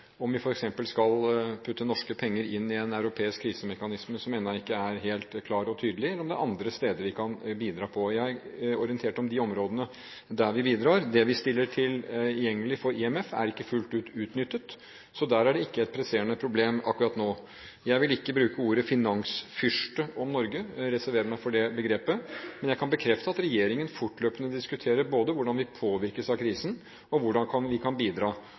om vi f.eks. skal putte norske penger inn i en europeisk krisemekanisme som ennå ikke er helt klar og tydelig, eller om det er andre steder vi kan bidra. Jeg har orientert om de områdene der vi bidrar. Det vi stiller tilgjengelig for IMF, er ikke fullt ut utnyttet, så der er det ikke et presserende problem akkurat nå. Jeg vil ikke bruke ordet «finansfyrste» om Norge; jeg reserverer meg fra det begrepet. Men jeg kan bekrefte at regjeringen fortløpende diskuterer både hvordan vi påvirkes av krisen, og hvordan vi kan bidra.